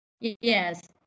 yes